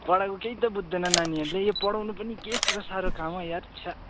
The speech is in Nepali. पढाएको केही त बुझ्दैन नानीहरूले यो पढाउनु पनि के साह्रो साह्रो काम हो यार छ्या